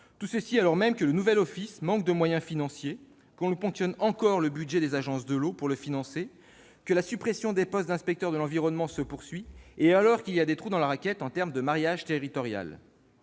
alors même que le nouvel office manque de moyens financiers, que l'on ponctionne encore le budget des agences de l'eau pour le financer, que la suppression des postes d'inspecteurs de l'environnement se poursuit et que l'on déplore des trous dans la raquette en termes de maillage territorial.